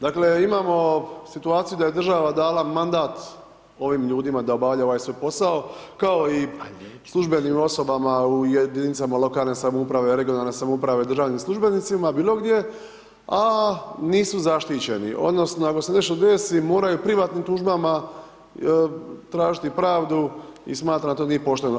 Dakle imamo situaciju da je država dala mandat ovim ljudima da obavljaju ovaj svoj posao kao i službenim osobama u jedinicama lokalne samouprave, regionalne samouprave, državnim službenicima, bilogdje a nisu zaštićeni odnosno ako se nešto desi, moraju privatnim tužbama tražiti pravdu i smatra, da to nije pošteno.